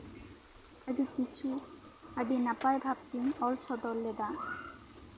ᱟᱹᱰᱤ ᱠᱤᱪᱷᱩ ᱟᱹᱰᱤ ᱱᱟᱯᱟᱭ ᱵᱷᱟᱵᱛᱮᱧ ᱚᱞ ᱥᱚᱫᱚᱨ ᱞᱮᱫᱟ